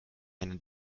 eine